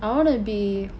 I wanna be